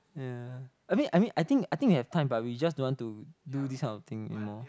ya I mean I mean I think I think we have time but we just don't want to do this kind of thing anymore